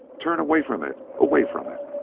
turn away from it! away from it!